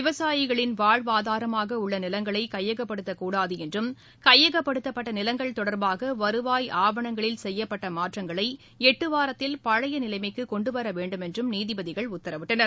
விவசாயிகளின் வாழ்வாதாரமாக உள்ள கையப்படுத்தக்கூடாது என்றம் கையகப்படுத்தப்பட்ட நிலங்கள் தொடர்பாக வருவாய் ஆவணங்களில் செய்யப்பட்ட மாற்றங்களை எட்டு வாரத்தில் பழைய நிலைமைக்கு கொண்டுவர வேண்டும் என்றும் நீதிபதிகள் உத்தரவிட்டனர்